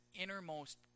innermost